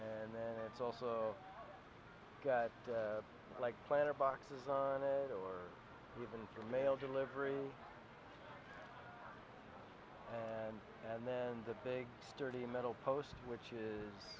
and then it's also got like platter boxes on it or even for mail delivery and then the big sturdy metal posts which is